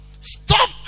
stop